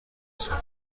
صبح